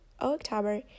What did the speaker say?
October